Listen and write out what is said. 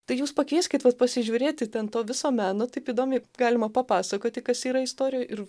tai jūs pakvieskit vat pasižiūrėti ten to viso meno taip įdomiai galima papasakoti kas yra istorijų ir